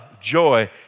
joy